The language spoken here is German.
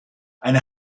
eine